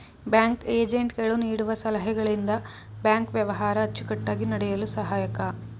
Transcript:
bank agent ಗಳು ನೀಡುವ ಸಲಹೆಗಳಿಂದ ಬ್ಯಾಂಕ್ ವ್ಯವಹಾರ ಅಚ್ಚುಕಟ್ಟಾಗಿ ನಡೆಯಲು ಸಹಾಯಕ